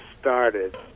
started